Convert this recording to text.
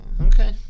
Okay